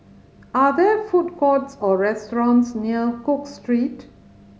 are there food courts or restaurants near Cook Street